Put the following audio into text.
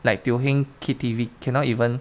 like teo heng K_T_V cannot even